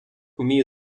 вміє